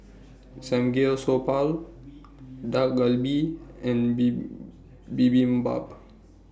Samgeyopsal Dak Galbi and Bibibimbap